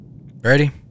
Ready